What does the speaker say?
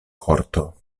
korto